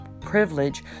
privilege